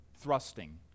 thrusting